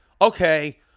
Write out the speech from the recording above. okay